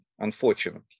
unfortunately